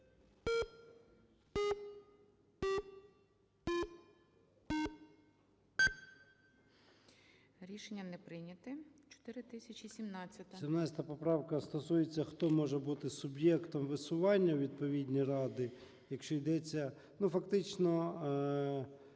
Рішення не прийнято. 4017-а.